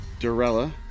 Dorella